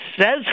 says